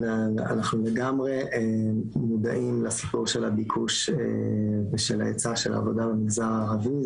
אנחנו לגמרי מודעים לסיפור של הביקוש ושל ההיצע של העבודה במגזר הערבי.